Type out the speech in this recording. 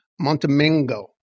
Montemingo